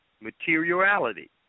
materiality